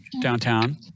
downtown